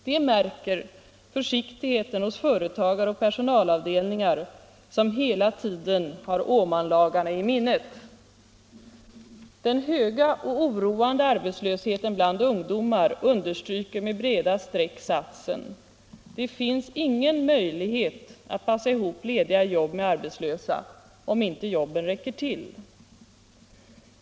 De märker försiktigheten hos företagare och personalavdelningar som hela tiden har Åmanlagarna i minnet. Den höga och oroande arbetslösheten bland ungdomar understryker med breda streck satsen: Det finns ingen möjlighet att passa ihop lediga jobb med arbetslösa om inte jobben räcker till.